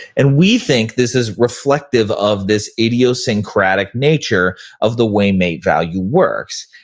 and we think this is reflective of this idiosyncratic nature of the way mate value works.